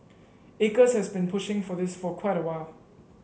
acres has been pushing for this for quite a while